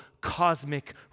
cosmic